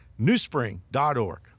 newspring.org